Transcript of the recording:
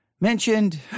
mentioned